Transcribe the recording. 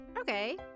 Okay